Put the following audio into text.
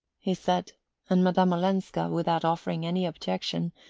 he said and madame olenska, without offering any objection,